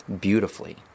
beautifully